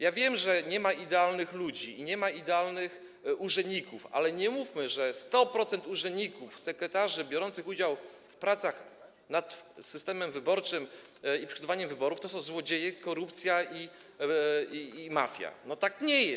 Ja wiem, że nie ma idealnych ludzi i nie ma idealnych urzędników, ale nie mówmy, że 100% urzędników, sekretarzy biorących udział w pracach nad systemem wyborczym i przygotowaniem wyborów, to złodzieje i mafia, że jest korupcja.